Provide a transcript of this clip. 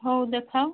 ହଉ ଦେଖାଅ